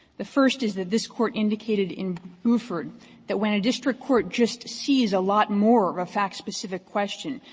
the first is that this court indicated in buford that when a district court just sees a lot more of a fact-specific question,